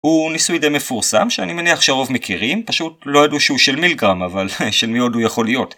הוא ניסוי די מפורסם שאני מניח שהרוב מכירים פשוט לא ידעו שהוא של מילגרם אבל של מי עוד הוא יכול להיות?